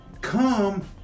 come